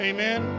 Amen